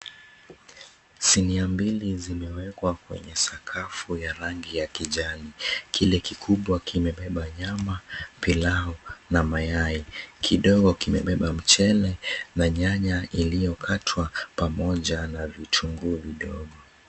Sinia mbili zimewekwa kwenye sakafu ya rangi ya kijani. Kile kikubwa kimebeba nyama, pilau na mayai. Kidogo kimebeba mchele na nyanya iliyokatwa, pamoja na vitunguu vidogo.